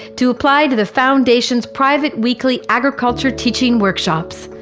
to apply to the foundation's private weekly agriculture teaching workshops.